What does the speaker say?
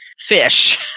fish